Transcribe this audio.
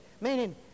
meaning